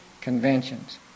conventions